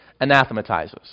anathematizes